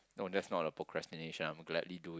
no that's not a procrastination I would gladly do